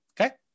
Okay